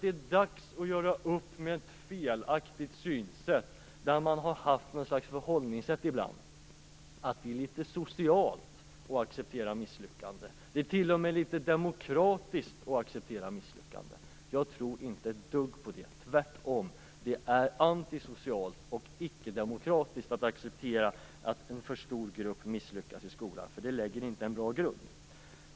Det är dags att göra upp med det felaktiga synsätt där man har det förhållningssättet att det är litet socialt att acceptera misslyckanden, att det t.o.m. är litet demokratiskt att acceptera misslyckanden. Jag tror inte ett dugg på det. Tvärtom är det anti-socialt och icke-demokratiskt att acceptera att en så stor grupp misslyckas i skolan. Det lägger inte en bra grund.